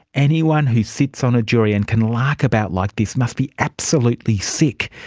anyone who sits on a jury and can lark about like this must be absolutely sick.